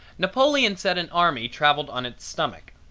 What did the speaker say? napoleon said an army traveled on its stomach.